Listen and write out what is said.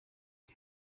und